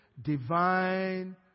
Divine